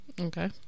Okay